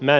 mä